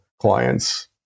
clients